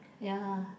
ya